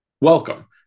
welcome